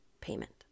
payment